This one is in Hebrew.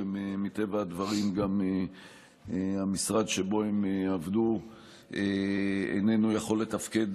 ומטבע הדברים גם המשרד שבו הם עבדו איננו יכול לתפקד